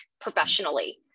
professionally